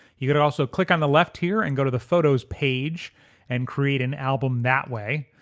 you could also click on the left here and go to the photos page and create an album that way.